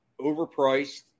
overpriced